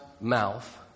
mouth